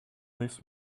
this